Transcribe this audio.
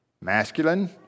masculine